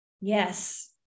yes